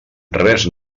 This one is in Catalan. res